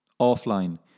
offline